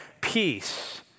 peace